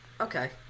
Okay